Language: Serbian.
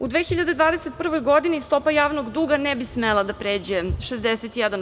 U 2021. godini stopa javnog duga ne bi smela da pređe 61%